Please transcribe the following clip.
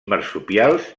marsupials